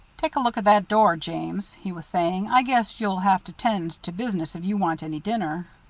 take a look at that door, james, he was saying. i guess you'll have to tend to business if you want any dinner.